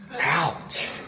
Ouch